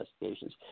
investigations